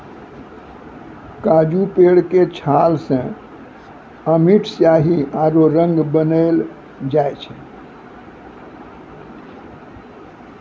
काजू पेड़ के छाल सॅ अमिट स्याही आरो रंग बनैलो जाय छै